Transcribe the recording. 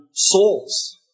souls